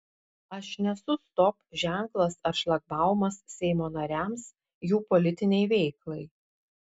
aš nesu stop ženklas ar šlagbaumas seimo nariams jų politinei veiklai